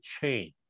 change